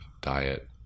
diet